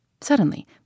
Suddenly